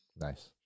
Nice